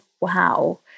wow